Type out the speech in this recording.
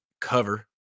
cover